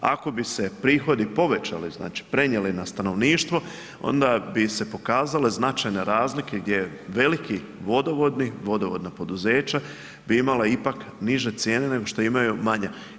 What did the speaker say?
Ako bi se prihodi povećali, znači prenijeli na stanovništvo onda bi se pokazale značajne razlike gdje veliki vodovodni, vodovodna poduzeća bi imala ipak niže cijene nego što imaju manja.